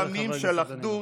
ימים של אחדות,